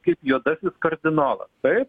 kaip juodasis kardinolas taip